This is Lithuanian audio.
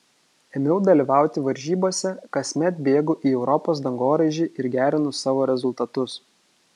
ėmiau dalyvauti varžybose kasmet bėgu į europos dangoraižį ir gerinu savo rezultatus